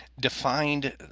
defined